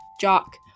Jock